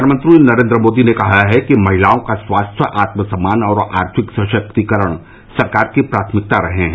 प्रधानमंत्री नरेंद्र मोदी ने कहा है कि महिलाओं का स्वास्थ्य आत्मसम्मान और आर्थिक सशक्तीकरण सरकार की प्राथमिकता रहे हैं